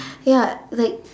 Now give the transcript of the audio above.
ya like